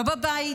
לא בבית,